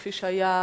כפי שהיה קודם.